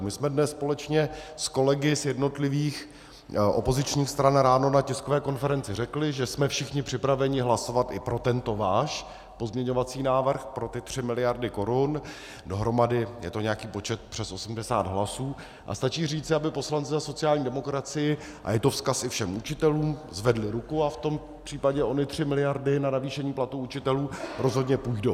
My jsme dnes společně s kolegy z jednotlivých opozičních stran ráno na tiskové konferenci řekli, že jsme všichni připraveni hlasovat i pro tento váš pozměňovací návrh, pro ty 3 milirady korun, dohromady je to nějaký počet přes 80 hlasů, a stačí říci, aby poslanci za sociální demokracii a je to vzkaz i všem učitelům zvedli ruku a v tom případě ony 3 miliardy na navýšení platů učitelů rozhodně půjdou.